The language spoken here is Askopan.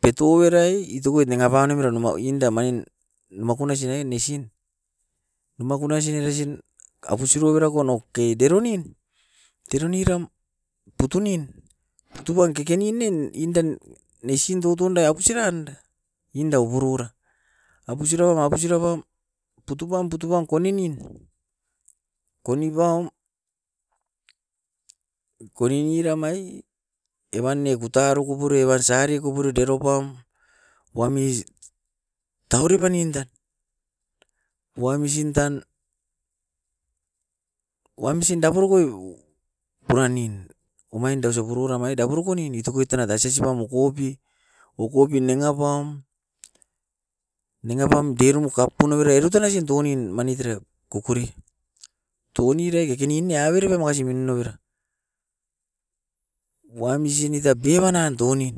petoverae itoukoit nangapa nemi ranoma inda omain imakuna sinai nesin, imakunai sinai nesin akusiroba konouke deronin. Deron iram putunin, putupan kekenin nen indan nesin toutundae abusiranda inda opuroura. Abusiraum, abusira pam putupam, putupam koninin, konipaum koninira mai evan ne kutaru kupure bansare kupurio deropam. Wamis dauri panindan, wamsin tan, wamsin daporokoi puran nin. Omain ausa pururamai da poroko nin itokoit tanai dasesipam o kopi, o kopi nanga pam. Nangapam derumu kapunoire rutanasin tounin manit era kokore. Tounire kekenin ne averepa makasi minun avera, wamsin ita biama nan tounin.